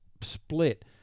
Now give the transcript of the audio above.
split